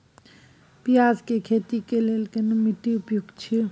पियाज के खेती के लेल केना माटी उपयुक्त छियै?